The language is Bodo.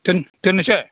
दोननोसै